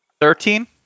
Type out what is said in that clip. Thirteen